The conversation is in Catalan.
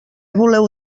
voleu